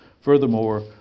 Furthermore